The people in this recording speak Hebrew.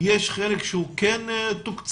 יש חלק שהוא כן תוקצב?